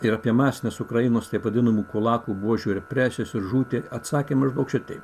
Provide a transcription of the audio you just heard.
ir apie masines ukrainos taip vadinamų kulakų buožių represijas ir žūtį atsakė maždaug šitaip